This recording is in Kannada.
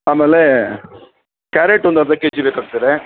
ಆಮೇಲೆ ಕ್ಯಾರೆಟ್ ಒಂದು ಅರ್ಧ ಕೆಜಿ ಬೇಕಾಗ್ತದೆ